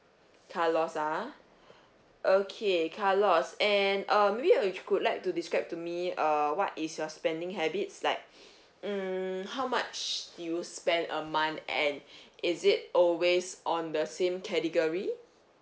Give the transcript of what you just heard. carlos ah okay carlos and uh maybe you could like to describe to me err what is your spending habits like mm how much do you spend a month and is it always on the same category